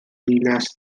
ddinas